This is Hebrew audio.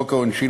חוק העונשין,